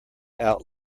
out